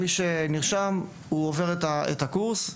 מי שנרשם עובר את הקורס,